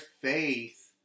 faith